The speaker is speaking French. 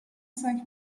cinq